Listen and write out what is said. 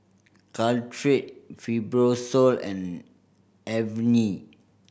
Caltrate Fibrosol and Avene